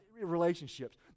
relationships